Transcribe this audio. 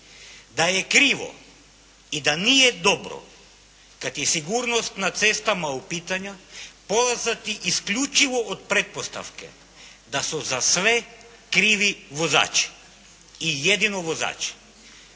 da je krivo i da nije dobro kada je sigurnost na cestama u pitanju polaziti isključivo od pretpostavke da su za sve krivi vozači i jedino vozači.